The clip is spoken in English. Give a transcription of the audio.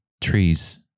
trees